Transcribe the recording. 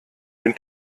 den